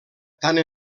tant